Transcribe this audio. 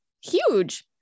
huge